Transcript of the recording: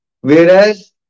Whereas